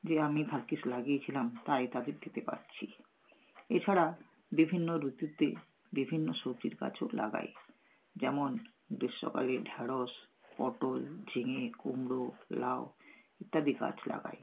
যে আমি ভাগ্যিস লাগিয়েছিলাম তাই তাদের দিতে পারছি এছাড়া বিভিন্ন ঋতুতে বিভিন্ন সবজির গাছও লাগাই যেমন গ্রীষ্মকালে ঢেঁড়স পটল ঝিঙে কুমড়ো লাউ ইত্যাদি গাছ লাগাই